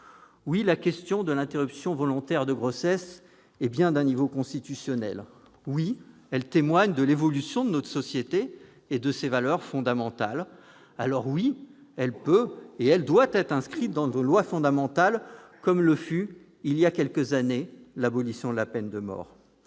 Oui, la question de l'interruption volontaire de grossesse est bien d'un niveau constitutionnel. Oui, elle témoigne de l'évolution de notre société et de ses valeurs fondamentales. Oui, elle peut et elle doit donc être inscrite dans notre loi fondamentale, comme le fut il y a quelques années l'abolition de la peine de mort.